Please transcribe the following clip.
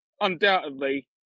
undoubtedly